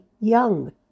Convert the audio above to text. young